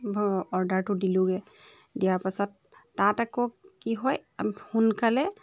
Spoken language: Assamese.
অৰ্ডাৰটো দিলোঁগৈ দিয়া পাছত তাত আকৌ কি হয় সোনকালে